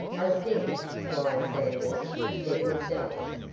i think, squire sanders, said miss ellis,